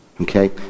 Okay